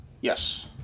Yes